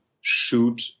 shoot